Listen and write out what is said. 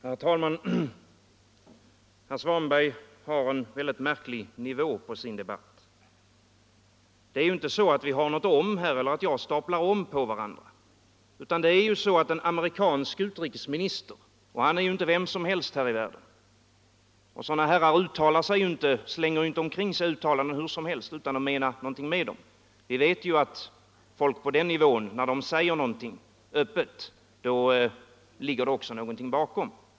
Herr talman! Herr Svanberg har en väldigt märklig nivå på sin debatt. Det är ju inte så att jag här bara staplar ”om” på varandra, utan här gäller det en amerikansk utrikesminister, och han är ju inte vem som helst här i världen! Sådana herrar slänger inte omkring sig uttalanden hur som helst utan att mena något med dem. Tvärtom vet vi att när män på den nivån säger någonting öppet, så ligger det också någonting bakom.